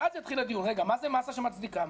ואז יתחיל הדיון: מהי מסה שמצדיקה,